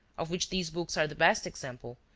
of which these books are the best example,